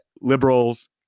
liberals